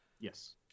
yes